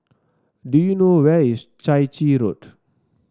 do you know where is Chai Chee Road